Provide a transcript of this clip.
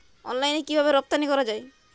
অনলাইনে কিভাবে রপ্তানি করা যায়?